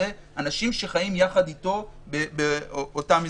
אנשים שחיים ביחד איתו באותה מסגרת.